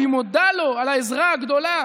והיא מודה לו על העזרה הגדולה